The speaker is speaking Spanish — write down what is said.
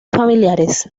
familiares